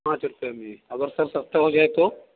पाँच रुपये में अगर सब सस्ता हो जाए तो